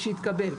שהתקבל.